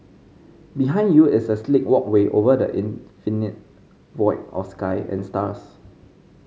behind you is a sleek walkway over the infinite void of sky and stars